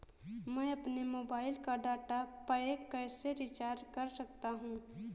मैं अपने मोबाइल का डाटा पैक कैसे रीचार्ज कर सकता हूँ?